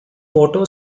photo